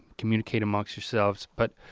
communicate amongst yourselves, but